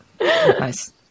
Nice